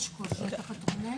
איך אתה גילית את המידע?